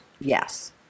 yes